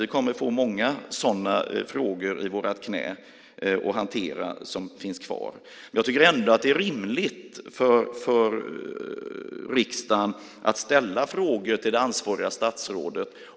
Vi kommer att få många sådana frågor i vårt knä, frågor som finns kvar att hantera. Jag tycker ändå att det är rimligt för riksdagen att ställa frågor till det ansvariga statsrådet.